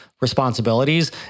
responsibilities